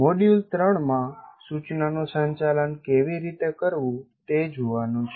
module 3 માં સૂચનાનું સંચાલન કેવી રીતે કરવું તે જોવાનું છે